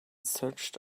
searched